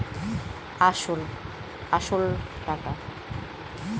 সব গুলো খরচ মিটিয়ে যে টাকা পরে থাকে